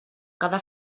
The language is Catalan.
cada